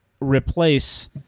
replace